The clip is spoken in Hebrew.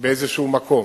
באיזה מקום